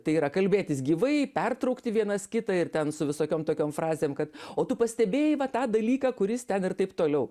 tai yra kalbėtis gyvai pertraukti vienas kitą ir ten su visokiom tokiom frazėm kad o tu pastebėjai va tą dalyką kuris ten ir taip toliau